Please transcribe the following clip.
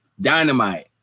dynamite